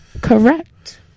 Correct